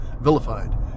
vilified